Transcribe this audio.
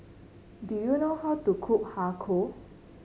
do you know how to cook Har Kow